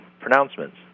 pronouncements